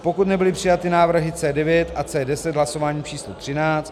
pokud nebyly přijaty návrhy C9 a C10 hlasováním č. třináct